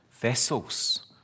vessels